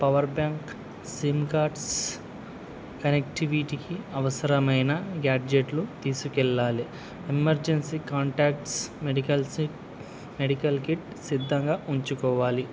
power bank sim cards కనెక్టివిటీకి అవసరమైన గ్యాడ్జెట్లు తీసుకెళ్ళాలి emergency contacts medicals medical kit సిద్ధంగా ఉంచుకోవాలి